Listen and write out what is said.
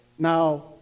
Now